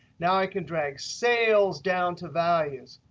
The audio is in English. now, i can drag sales down to values.